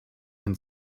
can